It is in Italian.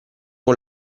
con